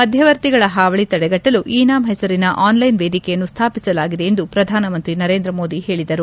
ಮಧ್ವವರ್ತಿಗಳ ಹಾವಳಿ ತಡೆಗಟ್ಟಲು e NAM ಹೆಸರಿನ ಆನ್ಲೈನ್ ವೇದಿಕೆಯನ್ನು ಸ್ಥಾಪಿಸಲಾಗಿದೆ ಎಂದು ಪ್ರಧಾನಮಂತ್ರಿ ನರೇಂದ್ರ ಮೋದಿ ಹೇಳಿದರು